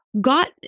got